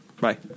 Bye